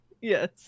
Yes